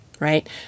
Right